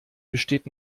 besteht